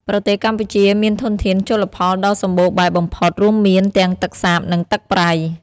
ប្រទេសកម្ពុជាមានធនធានជលផលដ៏សម្បូរបែបបំផុត រួមមានទាំងទឹកសាប និងទឹកប្រៃ។